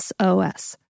SOS